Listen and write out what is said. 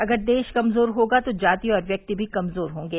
अगर देश कमजोर होगा तो जाति और व्यक्ति भी कमजोर होंगे